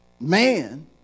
man